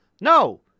no